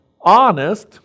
honest